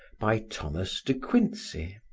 by thomas de quincey